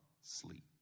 sleep